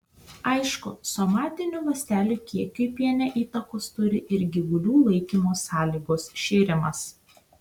aišku somatinių ląstelių kiekiui piene įtakos turi ir gyvulių laikymo sąlygos šėrimas